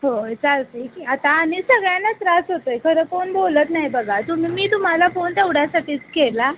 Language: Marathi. होय चालतं आहे की आता आणि सगळ्यांनाच त्रास होतो आहे खरं कोण बोलत नाही बघा तुम्ही मी तुम्हाला फोन तेवढ्यासाठीच केला